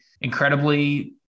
incredibly